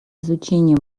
изучение